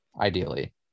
Ideally